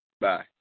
Bye